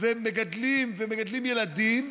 ומגדלים ילדים,